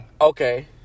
Okay